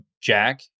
jack